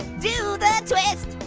do the twist,